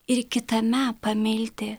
ir kitame pamilti